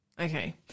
Okay